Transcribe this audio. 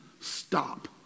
stop